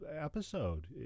episode